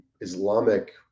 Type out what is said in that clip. Islamic